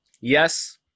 Yes